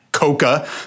Coca